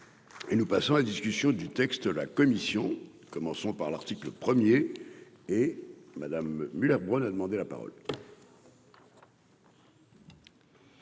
Et nous passons la discussion du texte, la commission, commençons par l'article 1er et Madame Müller Bronn a demandé la parole.